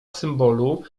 symbolu